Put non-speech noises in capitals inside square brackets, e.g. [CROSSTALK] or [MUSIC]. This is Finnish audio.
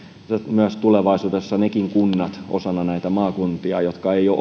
tulevaisuudessa osana näitä maakuntia nekin kunnat jotka eivät ole [UNINTELLIGIBLE]